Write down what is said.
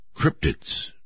cryptids